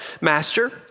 Master